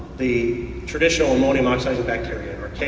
the traditional ammonium oxides of bacteria or archaea.